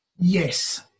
Yes